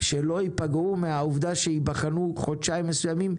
שלא יפגעו מהעובדה שייבחנו חודשיים מסוימים,